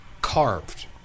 carved